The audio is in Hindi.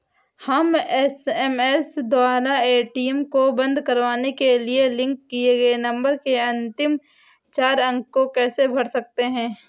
हम एस.एम.एस द्वारा ए.टी.एम को बंद करवाने के लिए लिंक किए गए नंबर के अंतिम चार अंक को कैसे भर सकते हैं?